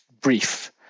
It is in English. brief